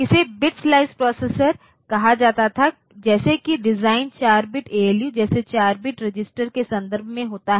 इसे bit sliced processor कहा जाता था जैसे कि डिज़ाइन 4 बिट ALU जैसे 4 बिट रजिस्टर के संदर्भ में होता है